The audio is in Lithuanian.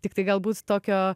tiktai galbūt tokio